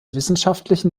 wissenschaftlichen